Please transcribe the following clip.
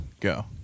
Go